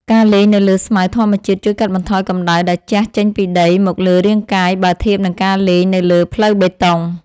ការលេងនៅលើស្មៅធម្មជាតិជួយកាត់បន្ថយកម្តៅដែលជះចេញពីដីមកលើរាងកាយបើធៀបនឹងការលេងនៅលើផ្លូវបេតុង។